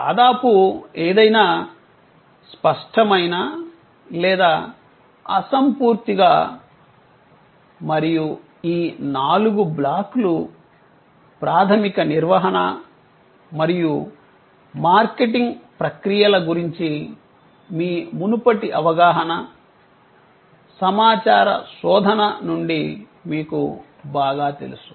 దాదాపు ఏదైనా స్పష్టమైన లేదా అసంపూర్తిగా మరియు ఈ నాలుగు బ్లాక్లు ప్రాథమిక నిర్వహణ మరియు మార్కెటింగ్ ప్రక్రియల గురించి మీ మునుపటి అవగాహన సమాచార శోధన నుండి మీకు బాగా తెలుసు